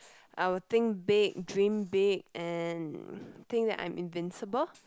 I will think big dream big and think that I am invincible